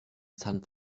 san